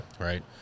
Right